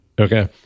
Okay